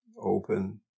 open